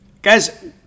Guys